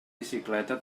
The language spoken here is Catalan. bicicleta